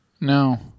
No